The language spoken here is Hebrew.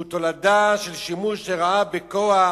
שהוא תולדה של שימוש לרעה בכוח,